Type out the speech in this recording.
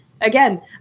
Again